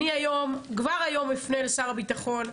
אני כבר היום אפנה לשר הביטחון.